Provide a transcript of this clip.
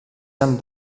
amb